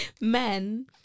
men